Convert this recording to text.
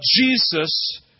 Jesus